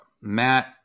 Matt